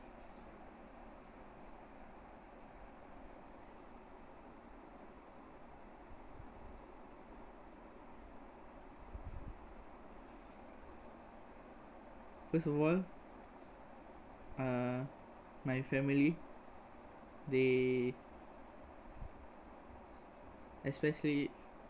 first of all uh my family they especially